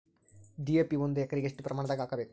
DAP ಒಂದು ಎಕರಿಗ ಎಷ್ಟ ಪ್ರಮಾಣದಾಗ ಹಾಕಬೇಕು?